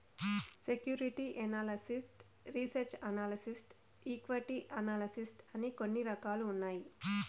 security analyst research analyst equity analyst అని కొన్ని రకాలు ఉన్నాయి